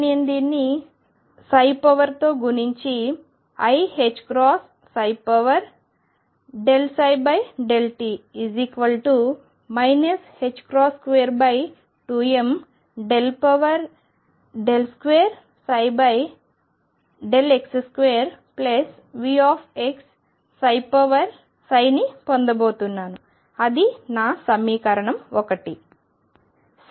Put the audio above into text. కాబట్టి నేను దీన్ని తో గుణించి iℏ∂ψ∂t 22m2x2Vx ని పొందబోతున్నాను అది నా సమీకరణం 1